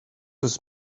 his